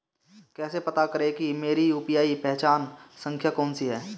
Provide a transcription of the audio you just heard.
कैसे पता करें कि मेरी यू.पी.आई पहचान संख्या कौनसी है?